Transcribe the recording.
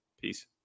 Peace